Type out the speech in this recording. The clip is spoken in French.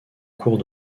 cours